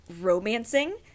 romancing